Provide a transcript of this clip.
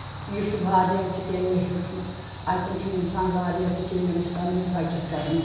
یہِ چھُ واریاہ تہِ کیٚمۍ مےٚ ہیوٚچھمُت اَتؠن چھُ اِنسان واریاہ تہِ کیٚمۍ ییٚمِس پَنٕنِس بَچَس کَرٕنۍ